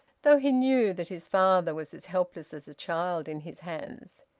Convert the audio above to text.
though he knew that his father was as helpless as a child in his hands.